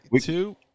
two